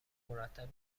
مرتب